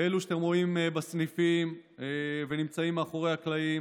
ואלו שאתם רואים בסניפים ונמצאים מאחורי הקלעים